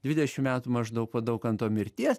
dvidešim metų maždaug po daukanto mirties